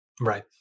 Right